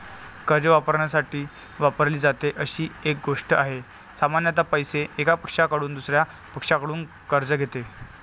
कर्ज वापरण्यासाठी वापरली जाते अशी एक गोष्ट आहे, सामान्यत पैसे, एका पक्षाकडून दुसर्या पक्षाकडून कर्ज घेते